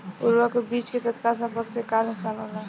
उर्वरक व बीज के तत्काल संपर्क से का नुकसान होला?